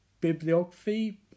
bibliography